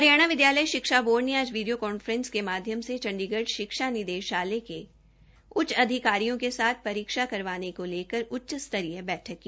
हरियाणा विदयालय शिक्षा बोर्ड ने आज वीडियो कांफ्रेस के माध्यम से चंडीगढ़ शिक्षा निदेशालय के उच्च अधिकारियों के साथ परीक्षा करवाने को लेकर उच्च स्तरीय बैठक की